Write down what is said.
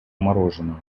мороженного